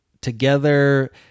together